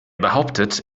behauptet